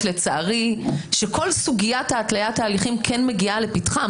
לצערי שכל סוגיית התליית ההליכים כן מגיעה לפתחן,